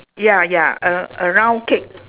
ya ya a a round cake